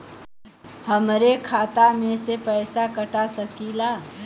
हमरे खाता में से पैसा कटा सकी ला?